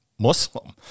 Muslim